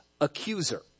accuser